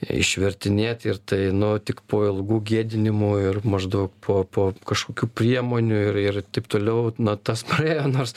išvertinėti ir tai nu tik po ilgų gėdinimų ir maždaug po po kažkokių priemonių ir ir taip toliau na tas praėjo nors